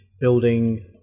building